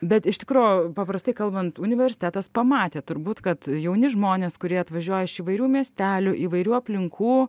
bet iš tikro paprastai kalbant universitetas pamatė turbūt kad jauni žmonės kurie atvažiuoja iš įvairių miestelių įvairių aplinkų